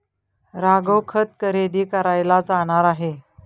राघव खत खरेदी करायला जाणार आहे